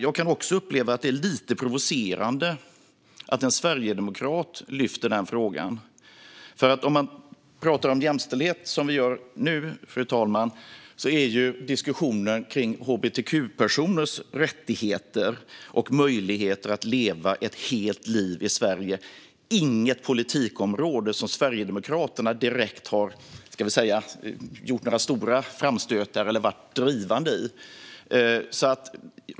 Jag upplever det som lite provocerande att en sverigedemokrat lyfter upp den frågan. När man talar om jämställdhet är diskussionen om hbtq-personers rättigheter och möjligheter att leva ett helt liv i Sverige inte direkt ett politikområde där Sverigedemokraterna har gjort några stora framstötar eller varit drivande.